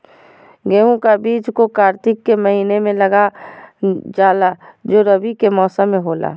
गेहूं का बीज को कार्तिक के महीना में लगा जाला जो रवि के मौसम में होला